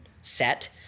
set